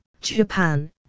Japan